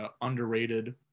underrated –